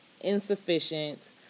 insufficient